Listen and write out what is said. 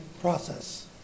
process